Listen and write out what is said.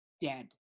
dead